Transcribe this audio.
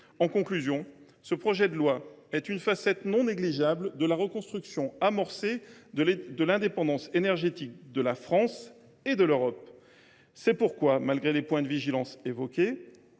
nucléaire. Ce projet de loi est une facette non négligeable de la reconstruction de l’indépendance énergétique amorcée en France et en Europe. C’est pourquoi, malgré les points de vigilance que